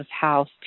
house